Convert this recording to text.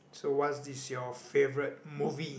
so what is your favourite movie